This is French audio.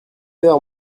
heures